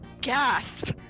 Gasp